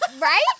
right